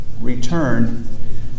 return